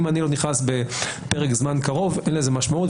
אם אני לא נכנס בפרק זמן קרוב, אין לזה משמעות.